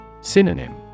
Synonym